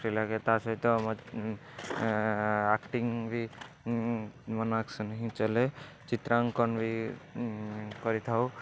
free ଲାଗେ ତା ସହିତ ମ ଆକ୍ଟିଙ୍ଗ୍ ବି ନୁଆ ନୁଆ ଆକ୍ସନ୍ ହିଁ ଚାଲେ ଚିତ୍ରାଙ୍କନ ବି କରିଥାଉ